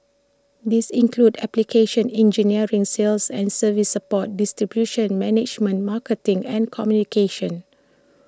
these include application engineering sales and service support distribution management marketing and communications